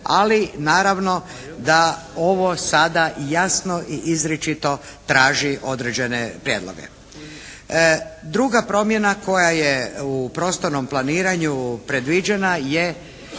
Ali naravno da ovo sada jasno i izričito traži određene prijedloge. Druga promjena koja je u prostornom planiranju predviđena je